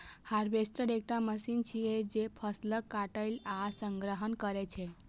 harvester एकटा machine छियै, जे फसलक कटाइ आ संग्रहण करै छै